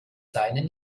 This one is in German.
seine